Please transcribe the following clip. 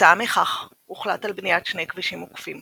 כתוצאה מכך הוחלט על בניית שני כבישים עוקפים.